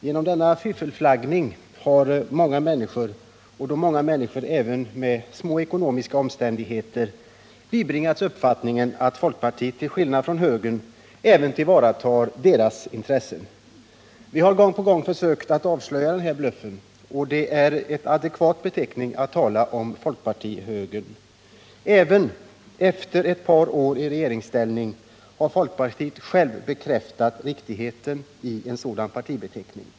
Genom denna fiffelflaggning har många människor, även människor i små ekonomiska omständigheter, bibringats uppfattningen att folkpartiet, till skillnad från högern även tillvaratar deras intressen. Vi har gång på gång försökt avslöja den här bluffen. Folkpartihögern är en adekvat beteckning. Även efter ett par år i regeringsställning har folkpartiet självt bekräftat riktigheten i en sådan partibeteckning.